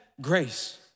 grace